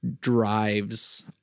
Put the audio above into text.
drives